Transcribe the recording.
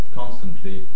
constantly